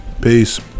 Peace